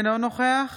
אינו נוכח